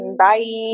bye